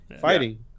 fighting